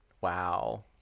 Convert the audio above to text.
wow